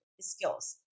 skills